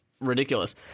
ridiculous